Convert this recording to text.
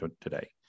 today